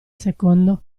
secondo